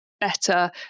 better